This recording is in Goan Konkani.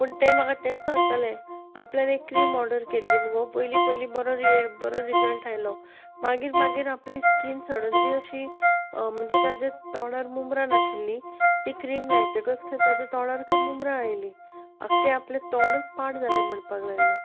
पूण तें म्हाका तेंच सांगतालें आपल्यान एक क्रीम ऑर्डर केल्ली मगो पयली पयली बरो रियॅ बरो रिजल्ट आयलो मागीर मागीर आपली स्कीन सडनली अशी म्हणजे ताज्या तोंडार मुमरां नाशिल्लीं ती क्रीम लायतकच खंय ताज्या तोंडार खंय मुमरां आयलीं आख्खें आपलें तोंडच पाड जालें म्हणपाक लागलें